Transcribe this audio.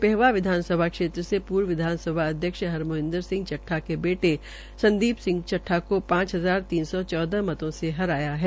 पहेवा विधानसभा क्षेत्र से पूर्व विधानसभा अध्यक्ष हरमोदिंर सिंह चट्ठा के बेटे मंदीप सिंह चठ्ठा को पांच हजार तीन सौ चौदह मतो से हराया है